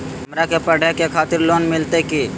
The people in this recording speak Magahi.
हमरा के पढ़े के खातिर लोन मिलते की?